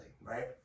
right